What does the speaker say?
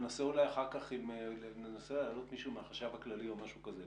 ננסה אולי אחר כך להעלות מישהו מהחשב הכללי או משהו כזה.